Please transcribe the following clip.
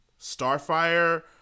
Starfire